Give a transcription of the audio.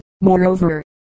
moreover